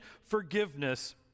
forgiveness